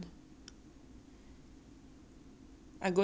I go into class I don't know anybody wait for the T_A to assign